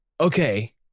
Okay